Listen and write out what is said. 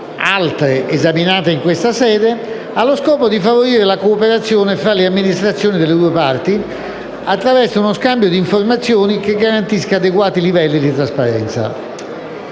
altre esaminate in questa sede, ha lo scopo di favorire la cooperazione fra le amministrazioni delle due Parti attraverso uno scambio di informazioni che garantisca adeguati livelli di trasparenza.